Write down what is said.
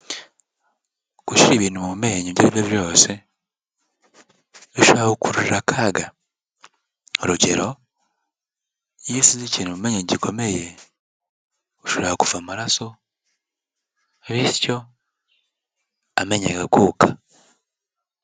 Gushyira ibintu mu menyo ibyo ari byo byose, bishobora kugukururira akaga, urugero iyo ushyize ikintu mu menyo gikomeye, ushobora kuva amaraso, bityo amenyo agakuka.